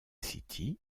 city